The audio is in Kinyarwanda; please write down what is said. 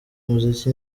muziki